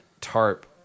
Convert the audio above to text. tarp